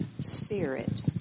spirit